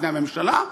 לפני הממשלה,